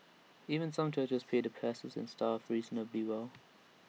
even some churches pay the pastors and staff reasonably well